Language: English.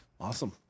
awesome